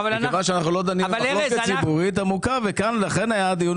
שאנחנו לא דנים במחלוקת ציבורית עמוקה ולכן היה דיון